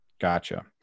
Gotcha